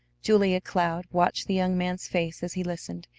julia cloud watched the young man's face as he listened,